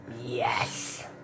Yes